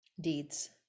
Deeds